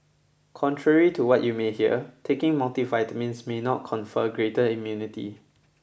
contrary to what you may hear taking multivitamins may not confer greater immunity